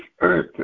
earth